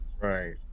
Right